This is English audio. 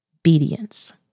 obedience